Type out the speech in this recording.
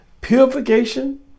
purification